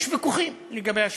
יש ויכוחים לגבי השביתות,